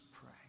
pray